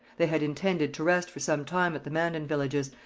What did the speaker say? they had intended to rest for some time at the mandan villages,